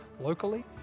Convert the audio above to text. locally